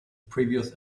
previous